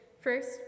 first